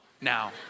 now